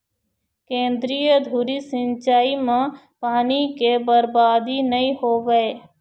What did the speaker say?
केंद्रीय धुरी सिंचई म पानी के बरबादी नइ होवय